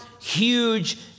huge